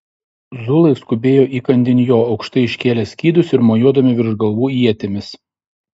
zulai skubėjo įkandin jo aukštai iškėlę skydus ir mojuodami virš galvų ietimis